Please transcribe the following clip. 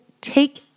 take